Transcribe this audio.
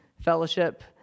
fellowship